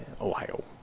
Ohio